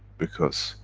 because,